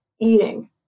eating